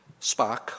Spock